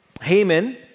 Haman